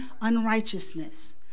unrighteousness